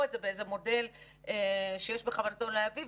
את זה באיזה מודל שיש בכוונתו להביא.